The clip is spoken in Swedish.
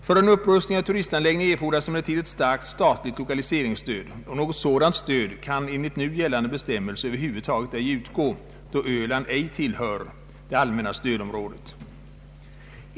För en upprustning av turistanläggningar erfordras emellertid ett starkt statligt lokaliseringsstöd, och något sådant stöd kan enligt nu gällande bestämmelser över huvud taget ej utgå, då Öland ej tillhör det allmänna stödområdet.